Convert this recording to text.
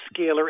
scalar